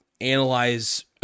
analyze